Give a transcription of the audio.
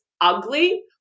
ugly